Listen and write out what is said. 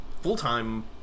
full-time